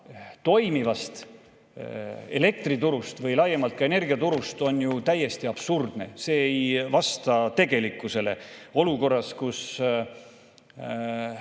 toimivast elektriturust või laiemalt ka energiaturust on ju täiesti absurdne, see ei vasta tegelikkusele. Olukorras, kus